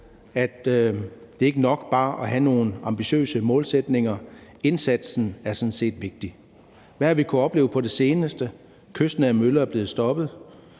at det ikke er nok bare at have nogle ambitiøse målsætninger; indsatsen er sådan set vigtig. Hvad har vi kunnet opleve på det seneste? Kystnære møller er blevet stoppet;